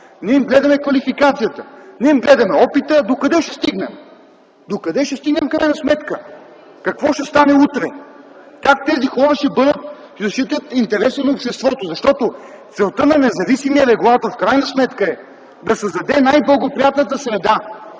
не им гледаме квалификацията, не им гледаме опита, докъде ще стигнем? Докъде ще стигнем в крайна сметка? Какво ще стане утре? Как тези хора ще защитят интереса на обществото? Защото целта на независимия регулатор в крайна сметка е да създаде най-благоприятната среда,